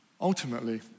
Ultimately